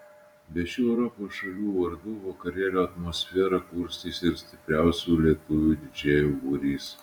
be šių europos šalių vardų vakarėlio atmosferą kurstys ir stipriausių lietuvių didžėjų būrys